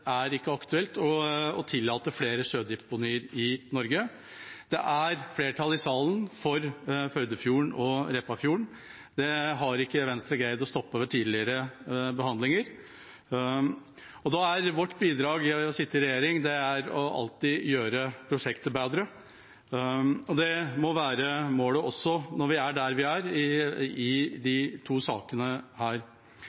det ikke er aktuelt å tillate flere sjødeponier i Norge. Det er flertall i salen for gruvedrift i Førdefjorden og i Repparfjorden. Det har ikke Venstre greid å stoppe ved tidligere behandlinger. Da er vårt bidrag ved å sitte i regjering alltid å gjøre prosjekter bedre, og det må være målet også når vi er der vi er i disse to sakene. Det er å ta i